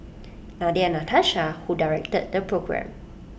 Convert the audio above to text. Nadia Natasha who directed the programme